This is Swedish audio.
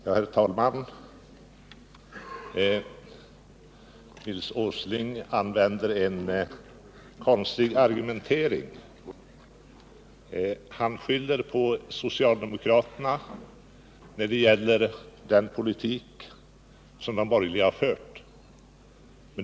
Herr talman! Nils Åsling använder en konstig argumentering. Han skyller den politik som den borgerliga regeringen har fört på socialdemokraterna.